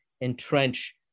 entrench